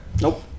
Nope